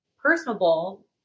personable